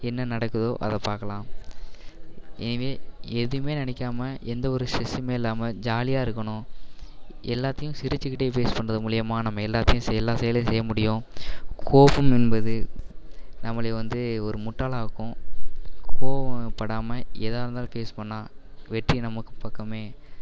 என்ன நடக்குதோ அதை பார்க்கலாம் இனிமேல் எதுவுமே நினைக்காம எந்த ஒரு ஸ்ட்ரெஸ்ஸுமே இல்லாமல் ஜாலியாக இருக்கணும் எல்லாத்தையும் சிரிச்சுகிட்டே ஃபேஸ் பண்ணுறது மூலிமா நம்ம எல்லாத்தையும் எல்லா செயலையும் செய்ய முடியும் கோபம் என்பது நம்மளை வந்து ஒரு முட்டாளாக ஆக்கும் கோபம் படாமல் எதாயிருந்தாலும் ஃபேஸ் பண்ணிணா வெற்றி நம்ம பக்கமே